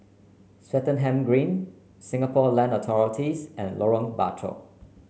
Swettenham Green Singapore Land Authorities and Lorong Bachok